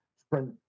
sprint